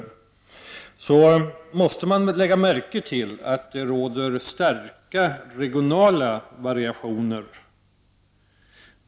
Man måste dock i det sammanhanget lägga märke till att det råder starka regionala variationer.